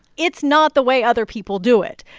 it's not the way other people do it.